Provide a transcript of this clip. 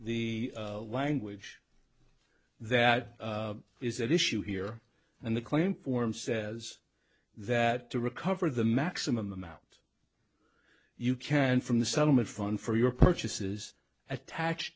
the language that is at issue here and the claim form says that to recover the maximum amount you can from the settlement fun for your purchases attached